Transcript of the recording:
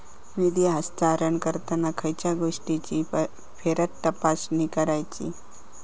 निधी हस्तांतरण करताना खयच्या गोष्टींची फेरतपासणी करायची?